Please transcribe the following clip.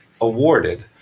awarded